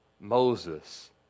Moses